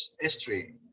history